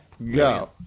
Go